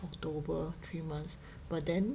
october three months but then